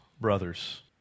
brothers